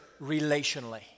relationally